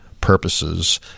purposes